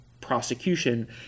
prosecution